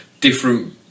different